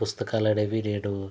పుస్తకాలనేవి నేను